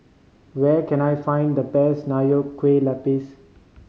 where can I find the best Nonya Kueh Lapis